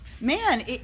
man